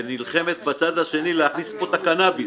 ונלחמת בצד השני להכניס לפה את הקנאביס.